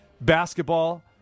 basketball